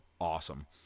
awesome